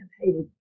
hated